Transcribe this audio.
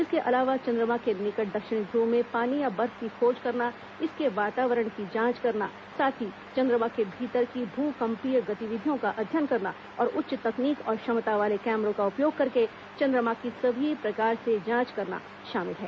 इसके अलावा चंद्रमा के निकट दक्षिणी ध्रुव में पानी या बर्फ की खोज करना इसके वातावरण की जांच करना साथ ही चंद्रमा के भीतर की भूकंपीय गतिविधियों का अध्ययन करना और उच्च तकनीक तथा क्षमता वाले कैमरों का उपयोग करके चंद्रमा की सभी प्रकार से जांच करना शामिल है